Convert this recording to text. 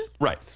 Right